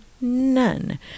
none